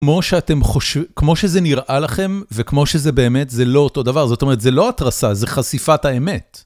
כמו שאתם חושבים, כמו שזה נראה לכם, וכמו שזה באמת, זה לא אותו דבר. זאת אומרת, זה לא התרסה, זה חשיפת האמת.